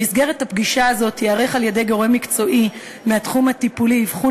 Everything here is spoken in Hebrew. במסגרת הפגישה הזאת ייערך על-ידי גורם מקצועי מהתחום הטיפולי אבחון